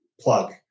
plug